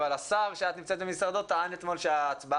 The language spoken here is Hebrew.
אבל השר שאת נמצאת במשרדו טען אתמול שההצבעה